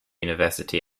university